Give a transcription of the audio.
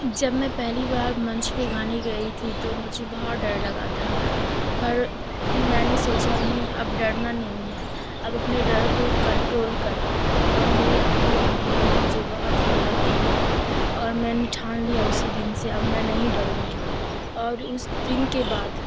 جب میں پہلی بار منچ پہ گانے گئی تھی تو مجھے بہت ڈر لگا تھا پر میں نے سوچا نہیں اب ڈرنا نہیں ہے اب اپنے ڈر کو کنٹرول کرنا ہے اور میری ابو امی نے بھی مجھے بہت ہمت دی اور میں نے ٹھان لیا اسی دن سے اب میں نہیں ڈروں گی اور اس دن کے بعد